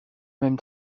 même